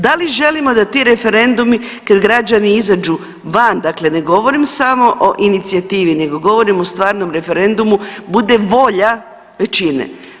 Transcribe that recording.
Da li želimo da ti referendumi kad građani izađu van, dakle ne govorim samo o inicijativi nego govorim o stvarnom referendumu bude volja većine.